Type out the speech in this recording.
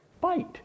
fight